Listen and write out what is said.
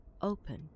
open